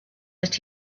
that